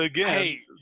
again